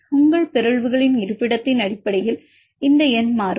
உங்கள் பிறழ்வுகளின் இருப்பிடத்தின் அடிப்படையில் இந்த எண் மாறும்